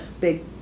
big